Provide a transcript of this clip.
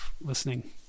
listening